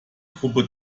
truppe